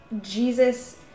Jesus